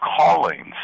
callings